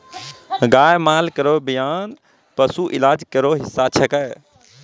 गाय माल केरो बियान पशु इलाज केरो हिस्सा छिकै